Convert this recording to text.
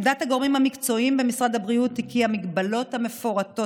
עמדת הגורמים המקצועיים במשרד הבריאות היא כי ההגבלות המפורטות